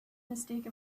mistake